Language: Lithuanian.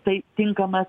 tai tinkamas